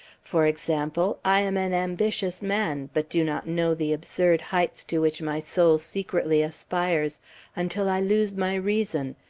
for example i am an ambitious man, but do not know the absurd heights to which my soul secretly aspires until i lose my reason,